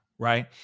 right